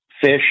fish